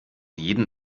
jeden